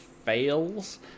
fails